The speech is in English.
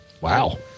Wow